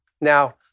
Now